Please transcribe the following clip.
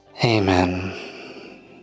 Amen